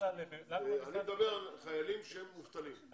אני מדבר על חיילים שהם מובטלים.